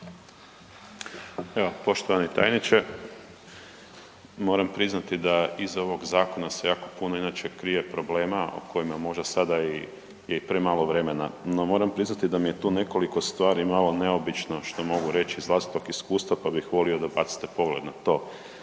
Evo, poštovani tajniče. Moramo priznati da iza ovog zakona se jako puno inače krije problema o kojima možda sada je i premalo vremena. No, moram priznati da mi je tu nekoliko stvari malo neobično, što mogu reći iz vlastitog iskustva, pa bih volio da bacite pogled na to.